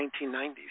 1990s